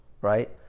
right